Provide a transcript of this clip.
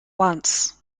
once